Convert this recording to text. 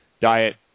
diet